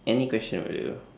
any question will do